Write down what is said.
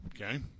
Okay